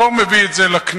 לא מביא את זה לכנסת,